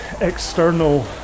external